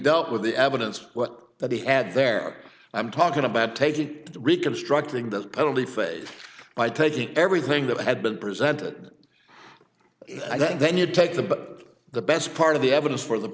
dealt with the evidence that he had there i'm talking about taking reconstructing this penalty phase by taking everything that had been presented and then then you take the but the best part of the evidence for the